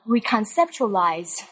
reconceptualize